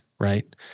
Right